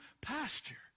pasture